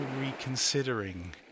reconsidering